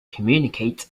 communicate